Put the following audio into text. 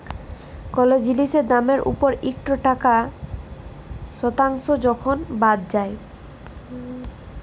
call জিলিসের দামের উপর ইকট টাকা শতাংস যখল বাদ যায়